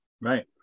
Right